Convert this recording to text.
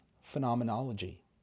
phenomenology